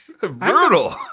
brutal